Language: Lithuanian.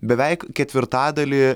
beveik ketvirtadalį